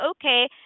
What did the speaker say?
okay